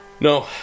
No